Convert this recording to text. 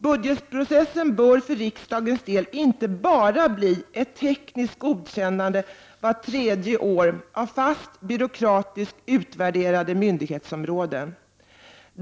Budgetprocessen bör för riksdagens del inte bara bli ett tekniskt godkännande vart tredje år av fast, byråkratiskt utvärderade myndighetsområden.